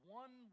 one